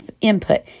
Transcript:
input